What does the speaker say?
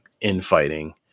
infighting